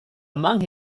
among